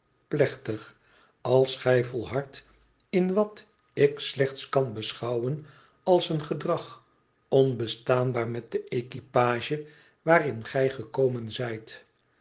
plechtig als gij volhardt in wat ik slechts kan beschouwen als een gedrag onbestaanbaar met de equipage waarin gij gekomen zijt